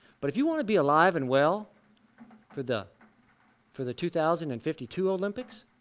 but if you want to be alive and well for the for the two thousand and fifty two olympics,